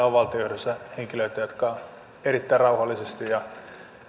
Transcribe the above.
on valtion johdossa henkilöitä jotka erittäin rauhallisesti ja